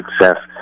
success